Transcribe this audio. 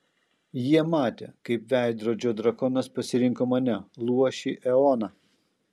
jie matė kaip veidrodžio drakonas pasirinko mane luošį eoną